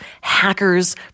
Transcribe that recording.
hackers